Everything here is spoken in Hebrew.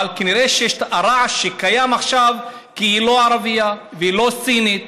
אבל כנראה שהרעש שקיים עכשיו הוא כי היא לא ערבייה והיא לא סינית.